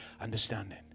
understanding